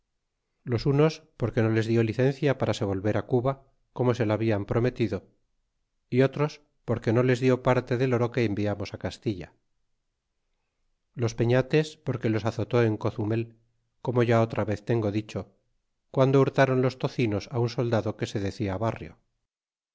los unos porque no les dió licencia para se volver cuba como se la hablan prometido y otros porque no les dió parte del oro que enviamos castilla los pefiates porque los azotó en cuzumel como ya otra vez tengo dicho guando hurtron los tocinos un soldado que se decia barrio